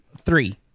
three